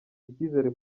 icyizere